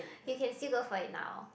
you can still go for it now